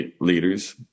leaders